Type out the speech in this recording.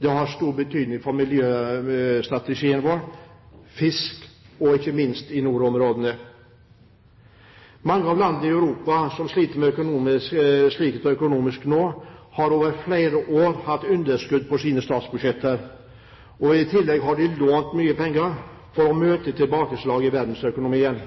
Det har stor betydning for miljøstrategien vår, for fiskeressursene og ikke minst for nordområdene. Mange land i Europa som sliter økonomisk nå, har over flere år hatt underskudd på sine statsbudsjetter. I tillegg har de lånt mye penger for å møte tilbakeslaget i verdensøkonomien.